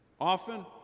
Often